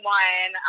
one